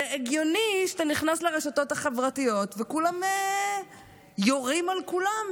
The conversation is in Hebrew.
זה הגיוני שאתה נכנס לרשתות החברתיות וכולם יורים על כולם.